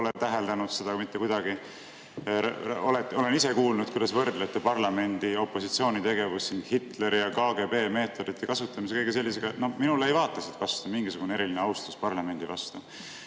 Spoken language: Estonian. Olen ise kuulnud, kuidas te võrdlete parlamendi opositsiooni tegevust siin Hitleri ja KGB meetodite kasutamise ja kõige sellisega. Minule ei vaata siit vastu mingisugune eriline austus parlamendi vastu.